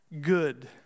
good